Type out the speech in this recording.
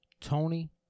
Tony